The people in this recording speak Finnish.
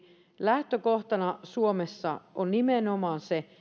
lähtökohtana suomessa on nimenomaan se